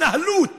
התנהלות